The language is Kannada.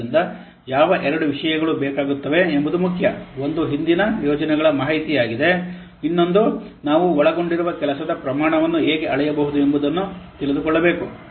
ಆದ್ದರಿಂದ ಯಾವ ಎರಡು ವಿಷಯಗಳು ಬೇಕಾಗುತ್ತವೆ ಎಂಬುದು ಮುಖ್ಯ ಒಂದು ಹಿಂದಿನ ಹಿಂದಿನ ಯೋಜನೆಗಳ ಮಾಹಿತಿಯಾಗಿದೆ ಇನ್ನೊಂದು ನಾವು ಒಳಗೊಂಡಿರುವ ಕೆಲಸದ ಪ್ರಮಾಣವನ್ನು ಹೇಗೆ ಅಳೆಯಬೇಕು ಎಂಬುದನ್ನು ತಿಳಿದುಕೊಳ್ಳಬೇಕು